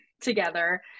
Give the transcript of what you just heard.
together